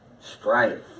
strife